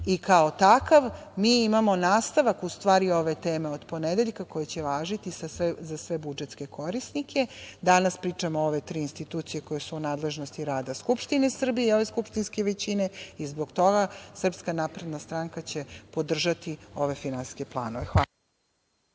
i kao takav mi imamo nastavak u stvari ove teme od ponedeljka koja će važiti za sve budžetske korisnike. Danas pričamo o ove tri institucije koje su u nadležnosti rada Skupštine Srbije i ove skupštinske većine i zbog toga SNS će podržati ove finansijske planove. Hvala